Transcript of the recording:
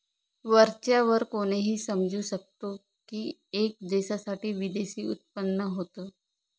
वरच्या वर कोणीही समजू शकतो की, एका देशासाठी विदेशी उत्पन्न होत